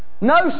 No